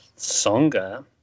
songa